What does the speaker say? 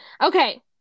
Okay